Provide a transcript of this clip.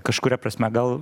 kažkuria prasme gal